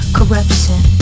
Corruption